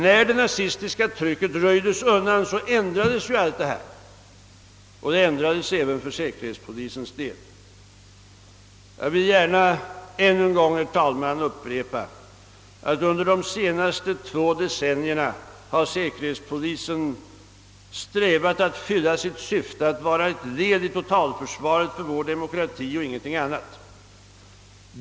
När det nazistiska trycket hade röjts undan ändrades ju allt detta, och det ändrades även för säkerhetspolisens del. Jag vill gärna ännu en gång, herr talman, upprepa att under de två senaste decennierna har säkerhetspolisen strävat att fylla sitt syfte att vara ett led i totalförsvaret för vår demokrati och ingenting annat.